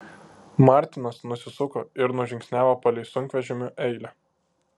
martinas nusisuko ir nužingsniavo palei sunkvežimių eilę